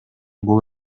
бул